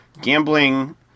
gambling